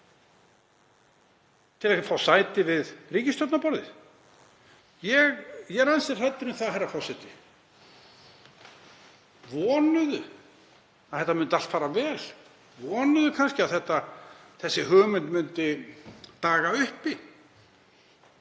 til að fá sæti við ríkisstjórnarborðið? Ég er ansi hræddur um það, herra forseti. Vonuðu að þetta myndi allt fara vel, vonuðu kannski að þessa hugmynd myndi daga uppi,